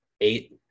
Eight